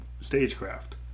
stagecraft